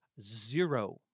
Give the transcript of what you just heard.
zero